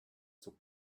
zog